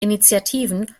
initiativen